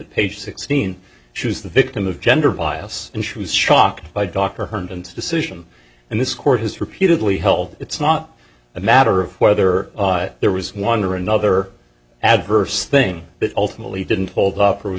page sixteen she was the victim of gender bias and she was shocked by dr herndon to decision and this court has repeatedly held it's not a matter of whether there was one or another adverse thing that ultimately didn't hold up or was